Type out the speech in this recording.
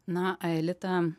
na aelita